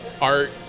art